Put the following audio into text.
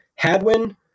Hadwin